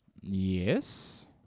Yes